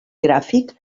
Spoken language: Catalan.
gràfic